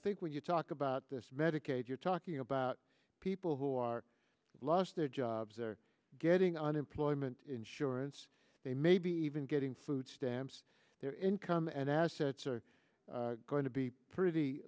think when you talk about this medicaid you're talking about people who are lost their jobs are getting unemployment insurance they may be even getting food stamps their income and assets are going to be pretty